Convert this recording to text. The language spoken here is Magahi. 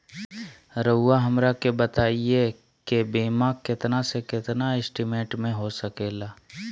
रहुआ हमरा के बताइए के बीमा कितना से कितना एस्टीमेट में हो सके ला?